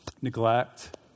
neglect